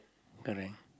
correct